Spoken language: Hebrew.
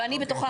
ואני בתוכם.